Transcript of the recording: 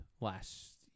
last